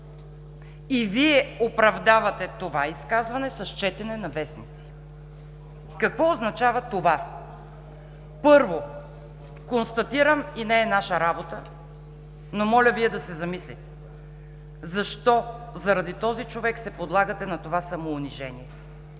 И Вие оправдавате това изказване с четене на вестници?! Какво означава това? Първо, констатирам и не е наша работа, но моля Вие да се замислите: защо заради този човек се подлагате на това самоунижение?